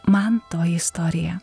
man toji istorija